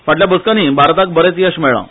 फाटल्या बसकानी भारताक बरेंच येश मेळळा